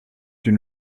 une